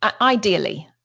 ideally